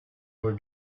were